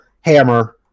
hammer